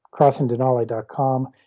crossingdenali.com